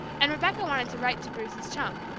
and rebecca wanted to write to bruce's chum,